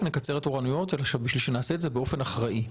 נקצר תורנויות אלא נעשה את זה באופן אחראי.